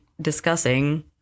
discussing